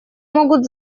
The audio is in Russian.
могут